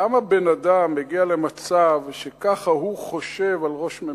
למה בן-אדם מגיע למצב שככה הוא חושב על ראש ממשלתו?